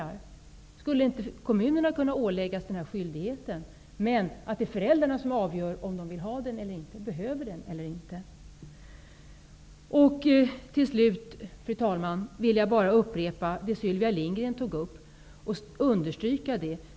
Varför skulle inte kommunerna kunna åläggas denna skyldighet, medan föräldrarna får avgöra om de behöver sådan barnomsorg eller inte? Fru talman! Till sist vill jag bara instämma i det som Sylivia Lindgren tog upp och understryka detta.